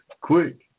Quick